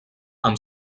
amb